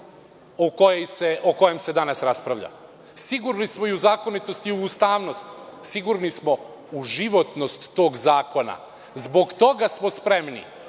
o kojem se danas raspravlja. Sigurni smo i u zakonitost i u ustavnost. Sigurni smo u životnost tog zakona. Zbog toga smo spremni